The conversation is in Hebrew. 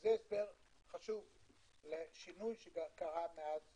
זה הסבר חשוב לשינוי שקרה מאז